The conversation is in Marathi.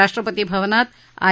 राष्ट्रपती भवनात आय